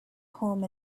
home